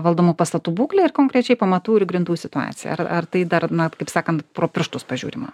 valdomų pastatų būklę ir konkrečiai pamatų ir grindų situaciją ar ar tai dar na kaip sakant pro pirštus pažiūrima